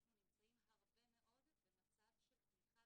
אנחנו נמצאים הרבה מאוד במצב של תמיכה